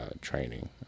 training